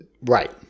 right